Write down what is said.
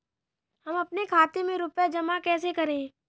हम अपने खाते में रुपए जमा कैसे करें?